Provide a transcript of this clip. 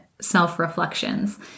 self-reflections